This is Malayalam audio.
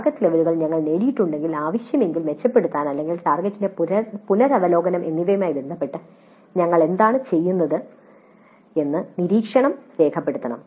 ടാർഗെറ്റ് ലെവലുകൾ ഞങ്ങൾ നേടിയിട്ടുണ്ടെങ്കിൽ ആവശ്യമെങ്കിൽ മെച്ചപ്പെടുത്തൽ അല്ലെങ്കിൽ ടാർഗെറ്റിന്റെ പുനരവലോകനം എന്നിവയുമായി ബന്ധപ്പെട്ട് ഞങ്ങൾ എന്താണ് ചെയ്യുന്നതെന്ന് നിരീക്ഷണം രേഖപ്പെടുത്തണം